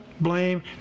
blame